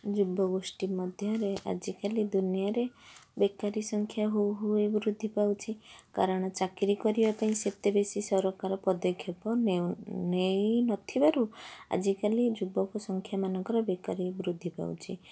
ଯୁବଗୋଷ୍ଠୀ ମଧ୍ୟରେ ଆଜିକାଲି ଦୁନିଆରେ ବେକାରି ସଂଖ୍ୟା ହୁ ହୁ ହେଇ ବୃଦ୍ଧି ପାଉଛି କାରଣ ଚାକିରି କରିବା ପାଇଁ ସେତେ ବେଶୀ ସରକାର ପଦକ୍ଷେପ ନେଉ ନେଇନଥିବାରୁ ଆଜିକାଲି ଯୁବକ ସଂଖ୍ୟା ମାନଙ୍କରେ ବେକାରି ବୃଦ୍ଧି ପାଉଛି